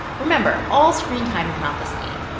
remember all screen time is not the same.